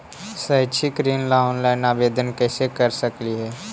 शैक्षिक ऋण ला ऑनलाइन आवेदन कैसे कर सकली हे?